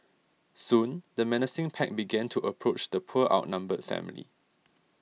soon the menacing pack began to approach the poor outnumbered family